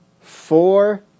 four